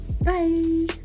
Bye